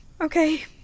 okay